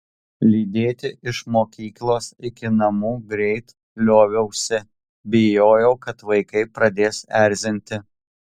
lydėti iš mokyklos iki namų greit lioviausi bijojau kad vaikai pradės erzinti